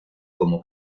como